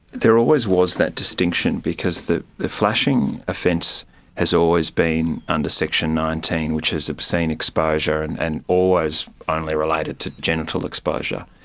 there always was that distinction because the the flashing offence has always been under section nineteen which is obscene exposure, and and always only related to genital exposure.